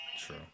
True